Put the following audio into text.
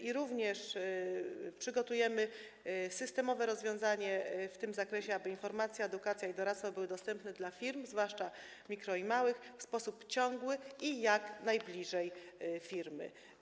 I również przygotujemy systemowe rozwiązanie w tym zakresie, aby informacja, edukacja i doradztwo były dostępne dla firm, zwłaszcza mikro- i małych firm, w sposób ciągły i jak najbliżej firmy.